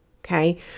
okay